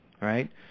right